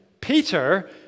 Peter